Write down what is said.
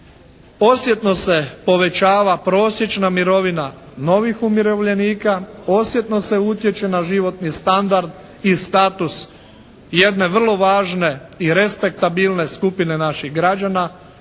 Osjetno se povećava prosječna mirovina novih umirovljenika, osjetno se utječe na životni standard i status jedne vrlo važne i respektabilne skupine naših građana,